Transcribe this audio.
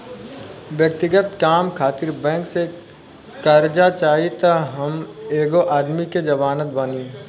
व्यक्तिगत काम खातिर बैंक से कार्जा चाही त हम एगो आदमी के जानत बानी